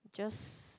just